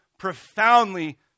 profoundly